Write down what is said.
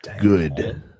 good